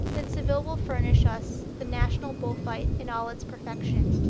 then seville will furnish us the national bull-fight in all its perfection.